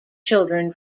children